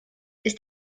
ist